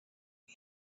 you